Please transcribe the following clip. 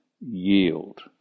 yield